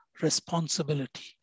responsibility